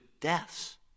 deaths